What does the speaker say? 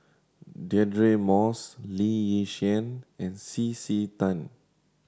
Deirdre Moss Lee Yi Shyan and C C Tan